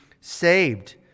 saved